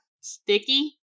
Sticky